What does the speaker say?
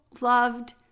loved